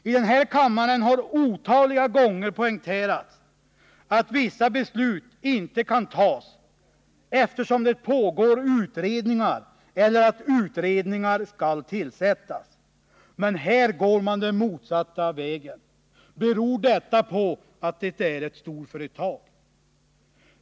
I den här kammaren har otaliga gånger poängerats att vissa beslut inte kan fattas, eftersom det pågår utredningar eller på grund av att utredningar skall tillsättas. Men här går man den motsatta vägen. Beror detta på att det gäller ett storföretag?